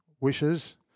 wishes